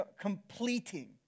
completing